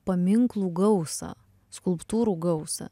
paminklų gausą skulptūrų gausą